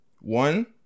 One